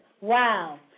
Wow